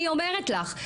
אני אומרת לך,